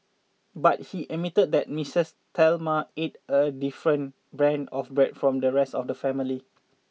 but he admitted that Mistress Thelma ate a different brand of bread from the rest of the family